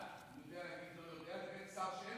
זה ההבדל בין שר שיש